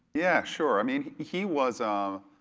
yeah, sure. i mean he was um